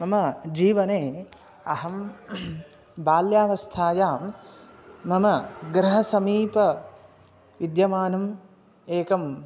मम जीवने अहं बाल्यावस्थायां मम गृहसमीपविद्यमानम् एकं